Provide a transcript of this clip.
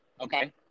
Okay